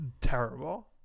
Terrible